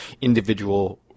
individual